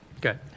good